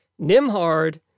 Nimhard